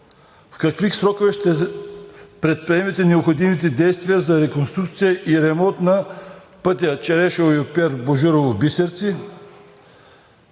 в какви срокове ще предприемете необходимите действия за реконструкция и ремонт на пътя Черешово – Юпер – Божурово – Бисерци,